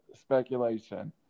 speculation